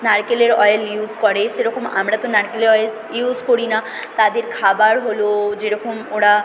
নারকেলের oil use করে সেরকম আমরা তো নারকেলের অয়েল ইউস করি না তাদের খাবার হলো যেরকম ওরা